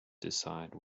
decide